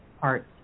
parts